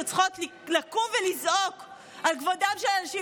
שצריכות לקום ולזעוק על כבודן של הנשים.